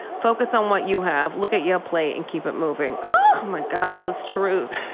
focus on what you have. look at your plate and keep it moving. oh my god. all this truth.